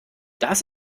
das